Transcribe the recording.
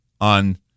on